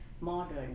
modern